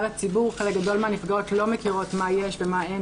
לציבור חלק מהנפגעות לא מכירות מה יש ומה אין,